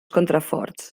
contraforts